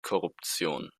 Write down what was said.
korruption